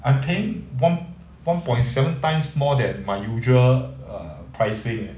I'm paying one point seven times more than my usual err pricing